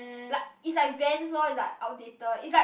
like is like Vans lor is like outdated is like